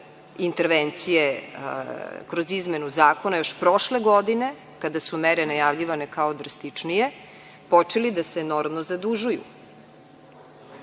intervencije kroz izmenu zakona još prošle godine kada su mere najavljivane kao drastičnije, počeli da se enormno zadužuju.